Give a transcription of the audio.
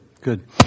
good